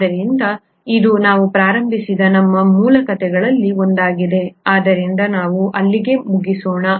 ಆದ್ದರಿಂದ ಇದು ನಾವು ಪ್ರಾರಂಭಿಸಿದ ನಮ್ಮ ಮೂಲ ಕಥೆಗಳಲ್ಲಿ ಒಂದಾಗಿದೆ ಆದ್ದರಿಂದ ನಾವು ಅಲ್ಲಿಗೆ ಮುಗಿಸೋಣ